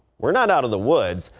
we're not out of the woods.